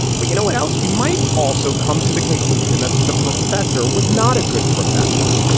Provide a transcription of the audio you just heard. but you know what else? you might also come to the conclusion that the professor was not a good professor,